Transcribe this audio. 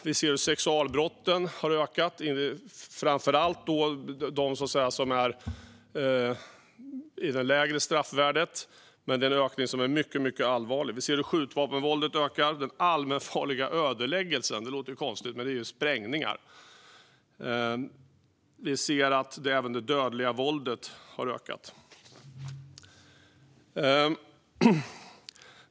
Vi ser att sexualbrotten har ökat, framför allt de som har lägre straffvärde. Det är en ökning som är mycket, mycket allvarlig. Vi ser hur skjutvapenvåldet ökar, och det gör även den allmänfarliga ödeläggelsen. Det låter kanske konstigt, men det gäller alltså sprängningar. Vi ser även att det dödliga våldet har ökat.